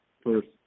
first